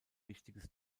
wichtiges